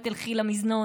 את תלכי למזנון?